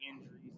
injuries